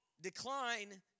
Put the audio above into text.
decline